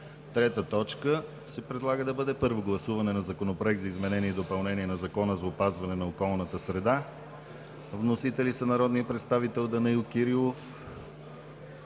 на 28 юни 2017 г. 3. Първо гласуване на Законопроекта за изменение и допълнение на Закона за опазване на околната среда. Вносители са народните представители Данаил Кирилов,